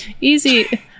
easy